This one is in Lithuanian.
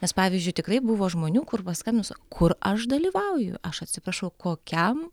nes pavyzdžiui tikrai buvo žmonių kur paskambinus kur aš dalyvauju aš atsiprašau kokiam